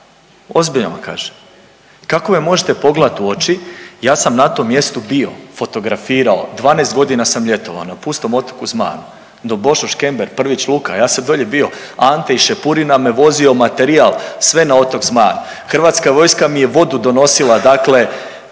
ozbiljno vam kažem. Kako me možete pogledat u oči? Ja sam na tom mjestu bio, fotografirao, 12 godina sam ljetovao na pustom otoku Zmajanu. …/Govornik se ne razumije./… Škember, Prvić, Luka ja sam dolje bio Ante i Šepurina me vozio materijal sve na otok Zmajan. Hrvatska vojska mi je vodu donosila dakle